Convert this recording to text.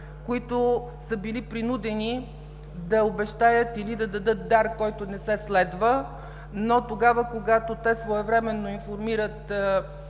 които са били принудени да обещаят или да дадат дар, който не се следва, но тогава, когато те своевременно информират